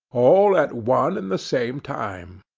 all at one and the same time.